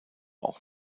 auch